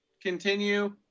Continue